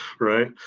right